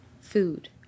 food